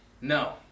No